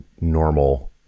normal